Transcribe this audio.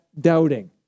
doubting